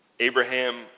Abraham